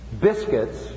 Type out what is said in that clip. biscuits